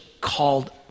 called